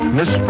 Miss